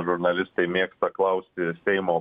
žurnalistai mėgsta klausti seimo